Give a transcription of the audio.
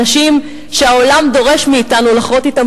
אנשים שהעולם דורש מאתנו לכרות אתם